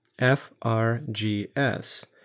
FRGS